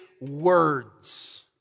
words